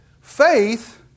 faith